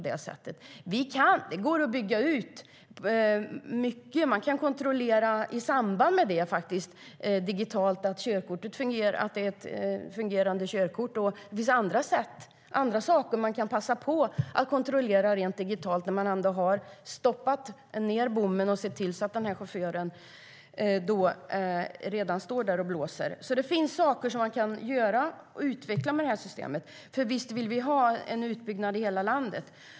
Det går dessutom att bygga ut. Man kan digitalt kontrollera att körkortet är giltigt, och det finns också annat som man kan passa på att kontrollera digitalt när man fällt ned bommen och chauffören redan står där och blåser. Det finns alltså saker som kan utvecklas med systemet. Visst vill vi ha en utbyggnad i hela landet.